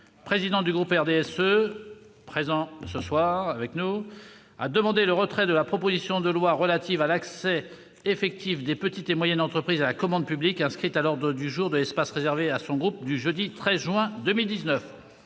président du groupe du RDSE, a demandé le retrait de la proposition de loi relative à l'accès effectif et direct des petites et moyennes entreprises à la commande publique inscrite à l'ordre du jour de l'espace réservé à son groupe du jeudi 13 juin 2019.